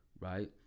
right